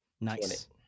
Nice